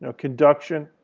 ah conduction,